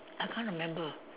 I can't remember